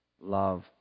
love